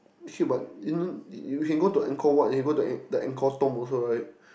okay but in the you can go to Ankor-Wat and then you go to the Ankor-Thom also right